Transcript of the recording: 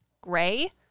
gray